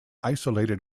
isolated